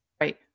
Right